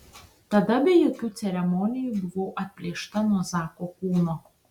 tada be jokių ceremonijų buvau atplėšta nuo zako kūno